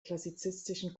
klassizistischen